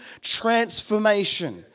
transformation